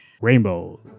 rainbow